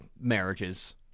marriages